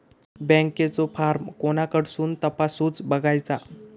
बँकेचो फार्म कोणाकडसून तपासूच बगायचा?